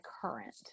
current